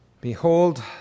Behold